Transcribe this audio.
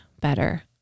better